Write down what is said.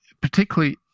Particularly